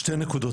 שתי נקודות.